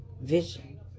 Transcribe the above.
vision